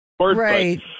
Right